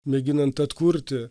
mėginant atkurti